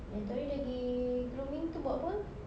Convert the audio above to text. yang itu hari dia pergi grooming itu buat apa ah